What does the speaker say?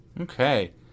Okay